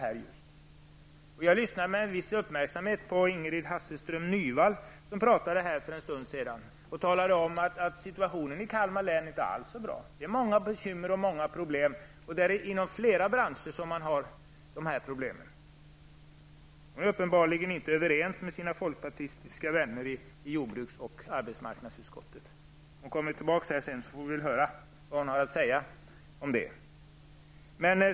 Jag lyssnade med viss uppmärksamhet på Ingrid Hon sade att situationen i Kalmar län inte alls är så bra. Det är många bekymmer och problem inom flera branscher. Hon är uppenbarligen inte överens med sina folkpartistiska vänner i jordbruks och arbetsmarknadsutskottet. Hon kommer att tala här senare, och då får vi höra vad hon har att säga.